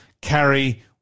Carry